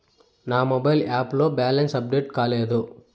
నా mobile app లో balance update కాలేదు